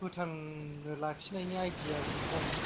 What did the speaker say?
फोथांनो लाखिनायनि आइडियाबो खम